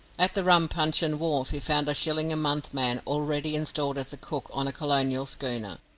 at the rum puncheon wharf he found a shilling-a-month man already installed as cook on a colonial schooner.